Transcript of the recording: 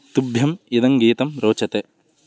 तुभ्यम् इदङ्गीतं रोचते